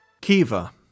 Kiva